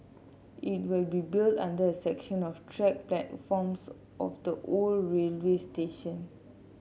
it will be built under a section of track platforms of the old railway station